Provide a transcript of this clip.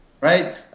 right